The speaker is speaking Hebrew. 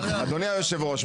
אדוני היושב ראש,